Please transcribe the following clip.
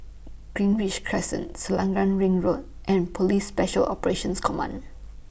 Greenridge Crescent Selarang Ring Road and Police Special Operations Command